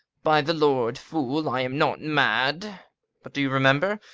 by the lord, fool, i am not mad' but do you remember?